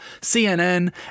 CNN